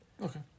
Okay